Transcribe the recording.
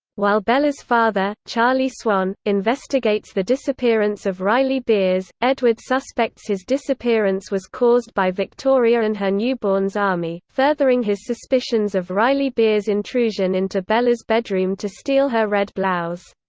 while bella's father, charlie swan, investigates the disappearance of riley biers, edward suspects his disappearance was caused by victoria and her newborn's army, furthering his suspicions of riley biers' intrusion into bella's bedroom to steal her red blouse.